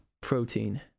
Protein